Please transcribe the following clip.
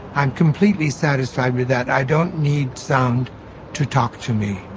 i'm completely satisfied with that. i don't need sound to talk to me